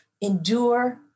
endure